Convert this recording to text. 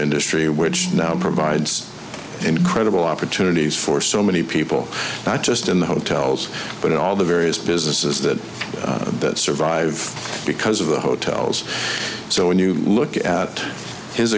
industry which now provides incredible opportunities for so many people not just in the hotels but all the various businesses that survive because of the hotels so when you look at his